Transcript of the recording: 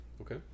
Okay